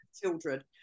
children